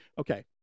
okay